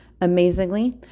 Amazingly